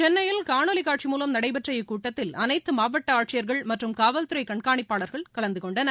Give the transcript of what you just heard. சென்னையில் காணொலிகாட்சி மூலம் நடைபெற்ற இக்கூட்டத்தில் அனைத்தமாவட்ட ஆட்சியர்கள் மற்றும் காவல்துறைகண்காணிப்பாளர்கள் கலந்துகொண்டனர்